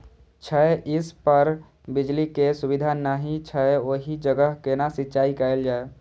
छै इस पर बिजली के सुविधा नहिं छै ओहि जगह केना सिंचाई कायल जाय?